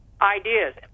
ideas